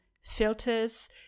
filters